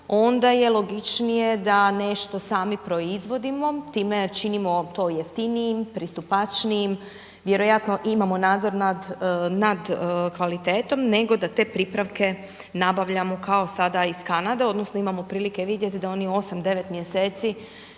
onda je logičnije, da nešto sami proizvodimo, time činimo to jeftinijim, pristupačnijim, vjerojatno imamo nadzor nad kvalitetom, nego da te pripravke nabavljamo kao sada iz Kanade, odnosno, imamo prilike vidjeti da oni u 8, 9 mj.